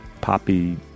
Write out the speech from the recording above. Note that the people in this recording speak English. poppy